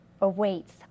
awaits